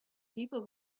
people